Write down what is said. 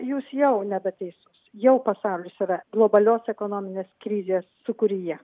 jūs jau nebe teisus jau pasaulis yra globalios ekonominės krizės sūkuryje